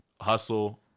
hustle